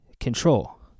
Control